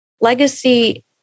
legacy